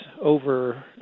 over